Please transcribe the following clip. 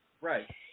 Right